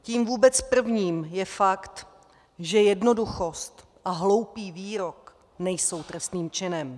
Tím vůbec prvním je fakt, že jednoduchost a hloupý výrok nejsou trestným činem.